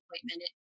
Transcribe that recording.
appointment